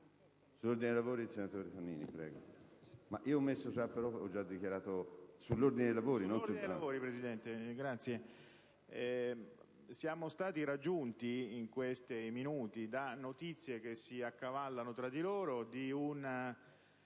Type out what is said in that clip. siamo stati raggiunti in questi minuti da notizie che si accavallano tra di loro,